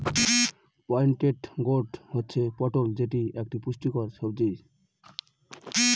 pointed gourd হচ্ছে পটল যেটি এক পুষ্টিকর সবজি